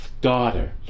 daughter